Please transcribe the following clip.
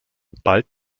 bald